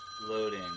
Loading